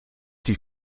die